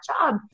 job